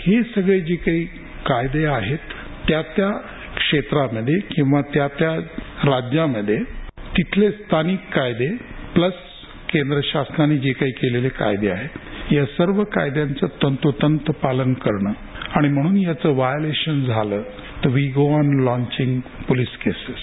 हे सगळे जे काही कायदे आहेत त्यात्या क्षेत्रामध्ये किवा त्यात्या राज्यामध्ये तिथले स्थानीक कायदे प्लस केंद्र शासनाचे जे कायदे आहेत या सर्व कायद्यांच ततोतंत पालन करनं आणि म्हणून याचं व्हायोलेशन झालं तर we go on launching police cases